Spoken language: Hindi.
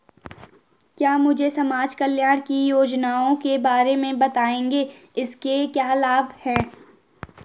क्या मुझे समाज कल्याण की योजनाओं के बारे में बताएँगे इसके क्या लाभ हैं?